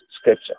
scripture